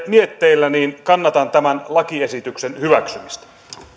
mietteillä kannatan tämän lakiesityksen hyväksymistä